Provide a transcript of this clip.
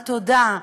התודה,